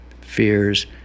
fears